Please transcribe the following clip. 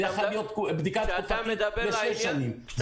הייתה יכולה להיות בדיקה תקופתית לשש שנים.